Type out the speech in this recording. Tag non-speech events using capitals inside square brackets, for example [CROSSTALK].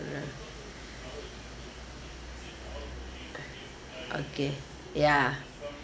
[BREATH] okay ya